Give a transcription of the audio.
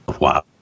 Wow